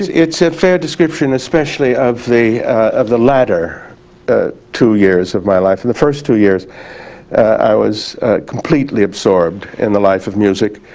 it's a fair description, especially of the of the latter ah two years of my life. in the first two years i was completely absorbed in the life of music,